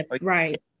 Right